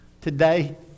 today